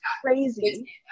crazy